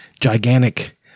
gigantic